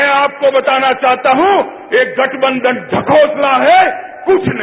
मैं आपको बताना चाहता हूं ये गठबंधन ढकोसला है कुछ नहीं